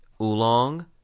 oolong